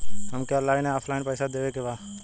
हमके ऑनलाइन या ऑफलाइन पैसा देवे के बा?